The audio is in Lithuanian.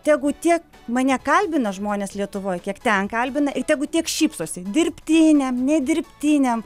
tegu tiek mane kalbina žmonės lietuvoj kiek ten kalbina ir tegu tiek šypsosi dirbtinėm ne dirbtinėm